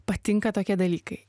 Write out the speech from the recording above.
patinka tokie dalykai